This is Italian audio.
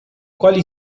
quali